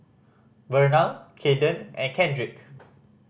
Vernal Kayden and Kendrick